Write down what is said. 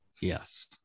yes